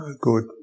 good